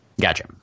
gotcha